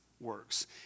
works